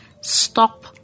stop